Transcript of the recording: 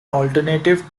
alternative